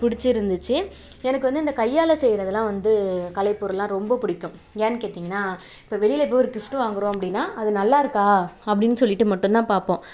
பிடிச்சிருந்துச்சி எனக்கு வந்து இந்த கையால் செய்கிறதுலாம் வந்து கலைப்பொருளெலாம் ரொம்பப் பிடிக்கும் ஏன்னெனு கேட்டிங்கனால் இப்போ போய் ஒரு கிஃப்ட்டு வாங்கிறோம் அப்படினா அது நல்லாயிருக்கா அப்படினு சொல்லிட்டு மட்டும்தான் பார்ப்போம்